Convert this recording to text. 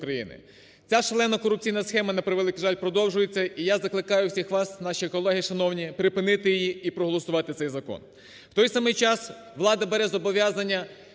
Ця шалена корупційна схема, на превеликий жаль, продовжується і я закликаю всіх вас, наші колеги шановні, припинити її і проголосувати цей закон. В той самий час влада бере зобов'язання